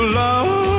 love